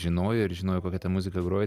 žinojo ir žinojo kokią tą muziką groja